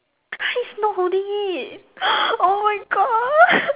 he's not holding it oh my God